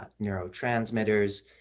neurotransmitters